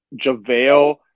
JaVale